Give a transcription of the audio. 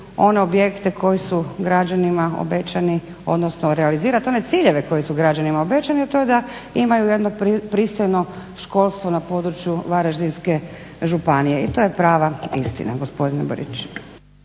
one objekte koji su građanima obećani, odnosno realizirat one ciljeve koji su građanima obećani, a to je da imaju jedno pristojno školstvo na području Varaždinske županije i to je prava istina gospodine Borić.